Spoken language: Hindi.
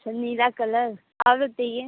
अच्छा नीला कलर और बताइए